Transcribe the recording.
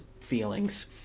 feelings